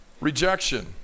Rejection